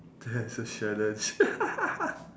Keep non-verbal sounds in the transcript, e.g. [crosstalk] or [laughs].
that's a challenge [laughs]